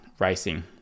racing